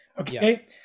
okay